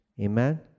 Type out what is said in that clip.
Amen